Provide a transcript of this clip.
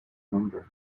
number